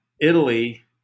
Italy